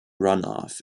runoff